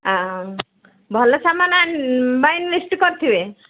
ଆଁ ଭଲ ସାମାନ ଆଣି ପାଇଁ ଲିଷ୍ଟ୍ କରିଥିବେ